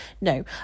no